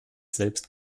selbst